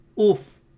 Oof